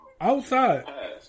Outside